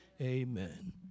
Amen